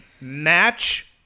match